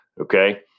okay